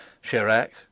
Chirac